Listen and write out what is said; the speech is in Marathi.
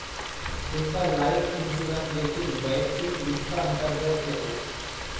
तुमचा लाइफ इन्शुरन्स देखील वैयक्तिक वित्त अंतर्गत येतो